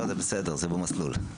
זה במסלול.